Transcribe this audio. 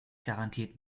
garantiert